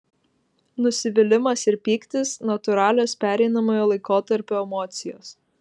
nusivylimas ir pyktis natūralios pereinamojo laikotarpio emocijos